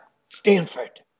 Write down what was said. Stanford